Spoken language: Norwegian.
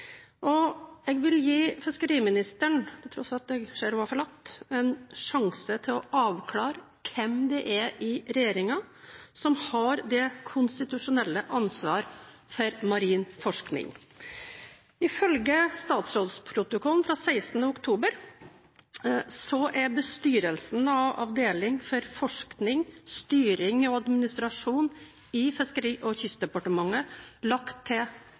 og jeg vil gi fiskeriministeren – til tross for at jeg ser at hun har forlatt salen – en sjanse til å avklare hvem i regjeringen som har det konstitusjonelle ansvaret for marin forskning. Ifølge statsrådsprotokollen fra 16. oktober er bestyrelsen av avdeling for forskning, styring og administrasjon i Fiskeri- og kystdepartementet lagt til